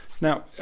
Now